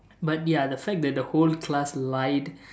but ya the fact that the whole class lied